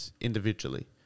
individually